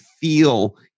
feel